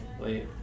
late